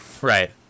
right